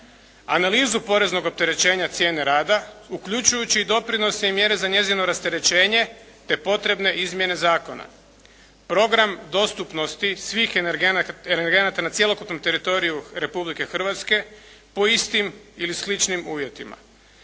Analizu poreznog opterećenja cijene rada uključujući i doprinose i mjere za njezine rasterećenje te potrebne izmjene zakona. Program dostupnosti svih energenata na cjelokupnom teritoriju Republike Hrvatske po istim ili sličnim uvjetima.